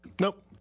Nope